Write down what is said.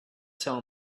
tell